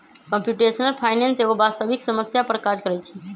computational finance एगो वास्तविक समस्या पर काज करइ छै